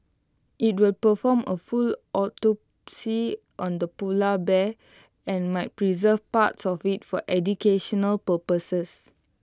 IT will perform A full autopsy on the polar bear and might preserve parts of IT for educational purposes